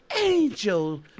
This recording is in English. angel